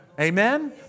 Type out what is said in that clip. Amen